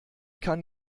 kann